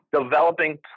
developing